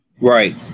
right